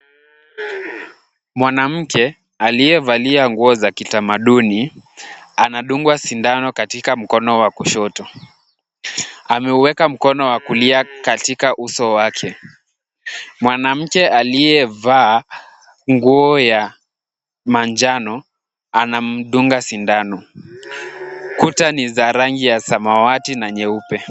Mwanamke aliyevalia nguo za kitamaduni anadungwa sindano katika mkono wa kushoto. Ameuweka mkono wa kulia katika uso wake. Mwanamke aliyevaa nguo ya manjano anamdunga sindano. Kuta ni za rangi ya samawati na nyeupe.